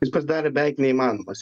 jis pasidarė beveik neįmanomas